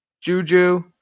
Juju